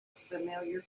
familiar